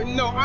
no